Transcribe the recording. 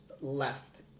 left